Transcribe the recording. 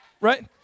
right